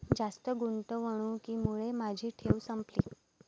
जास्त गुंतवणुकीमुळे माझी ठेव संपली